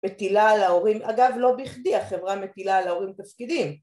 מטילה על ההורים אגב לא בכדי החברה מטילה על ההורים תפקידים